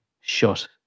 shut